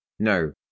No